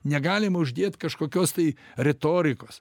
negalima uždėti kažkokios tai retorikos